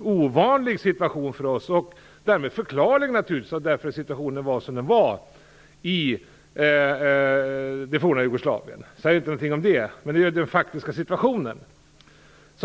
ovanlig situation för oss. Den var naturligtvis förklarlig i och med att situationen var som den var i det forna Jugoslavien. Jag säger ingenting om det. Men det var den faktiska situationen.